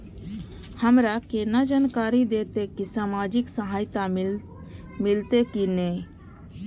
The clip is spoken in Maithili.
हमरा केना जानकारी देते की सामाजिक सहायता मिलते की ने?